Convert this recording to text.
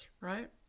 right